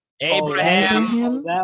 Abraham